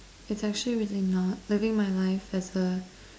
it's actually really not living my life as a